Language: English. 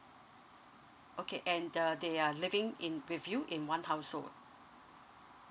okay and the they are living in with you in one household